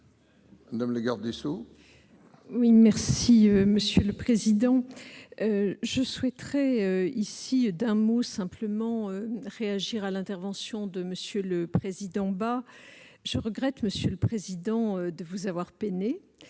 Madame la garde des sceaux,